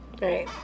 Right